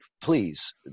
please